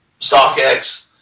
StockX